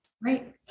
Right